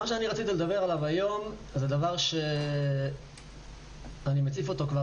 מה שרציתי לדבר עליו היום זה דבר שאני מציף אותו כבר